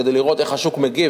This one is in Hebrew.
כדי לראות איך השוק מגיב,